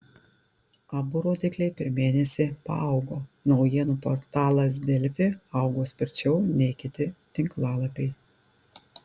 abu rodikliai per mėnesį paaugo naujienų portalas delfi augo sparčiau nei kiti tinklalapiai